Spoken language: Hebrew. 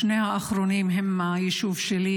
שני האחרונים הם מהיישוב שלי,